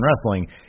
wrestling